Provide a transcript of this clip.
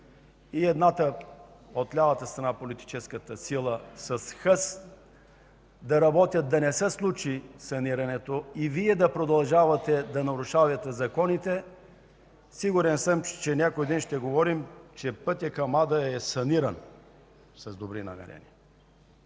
и едната, от лявата страна политическата сила с хъс да работят, за да не се случи санирането, и Вие да продължавате да нарушавате законите, сигурен съм, че някой ден ще говорим, че пътят към ада е саниран с добри намерения.